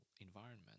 environment